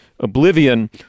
Oblivion